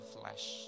flesh